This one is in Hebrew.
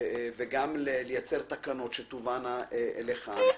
גם לייצר תקנות שיבואו לכאן,